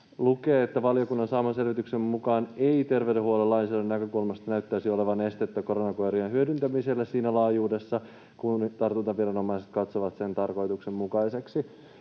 lukee, että valiokunnan saaman selvityksen mukaan ei terveydenhuollon lainsäädännön näkökulmasta näyttäisi olevan estettä koronakoirien hyödyntämiselle siinä laajuudessa kuin tartuntaviranomaiset katsovat sen tarkoituksenmukaiseksi.